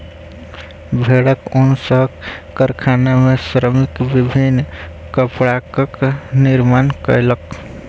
भेड़क ऊन सॅ कारखाना में श्रमिक विभिन्न कपड़ाक निर्माण कयलक